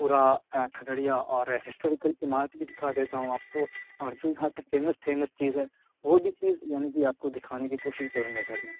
پورا کھگڑیا اور ہسٹوریکل عمارت بھی دکھا دیتا ہوں آپ کو اور جو یہاں پہ فیمس فیمس چیز ہے وہ بھی چیز یعنی کہ آپ کو دکھانے کی کوشش کروں گا سر میں